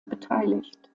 beteiligt